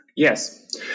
Yes